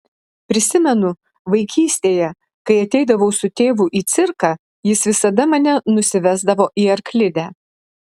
prisimenu vaikystėje kai ateidavau su tėvu į cirką jis visada mane nusivesdavo į arklidę